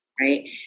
Right